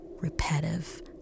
repetitive